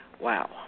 Wow